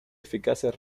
eficaces